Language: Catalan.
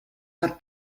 per